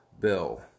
bill